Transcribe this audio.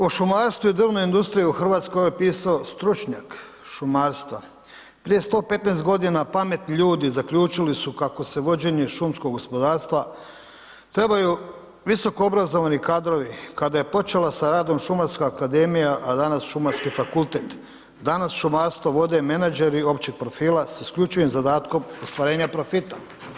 O šumarstvu i drvnoj industriji u Hrvatskoj je pisao stručnjak šumarstva, prije 115 g. pametni ljudi zaključili su kako za vođenje šumskog gospodarstva trebaju visokoobrazovani kadrovi, kada je počela sa radom Šumarska akademija a danas Šumarski fakultet, danas šumarstvo vode menadžeri općeg profila sa isključivim zadatkom ostvarenja profita.